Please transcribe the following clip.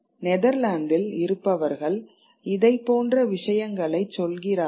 நெதர்லாந்தில் இருப்பவர்கள் இதேபோன்ற விஷயங்களைச் சொல்கிறார்கள்